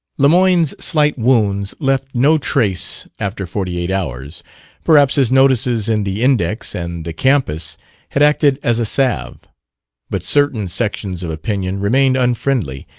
lemoyne's slight wound left no trace after forty-eight hours perhaps his notices in the index and the campus had acted as a salve but certain sections of opinion remained unfriendly,